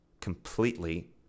completely